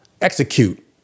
execute